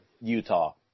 Utah